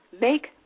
make